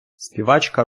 співачка